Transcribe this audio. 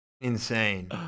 insane